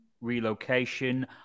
relocation